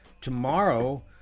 Tomorrow